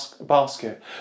basket